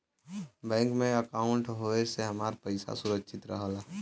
bank में अंकाउट होये से हमार पइसा सुरक्षित रहला